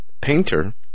Painter